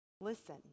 listen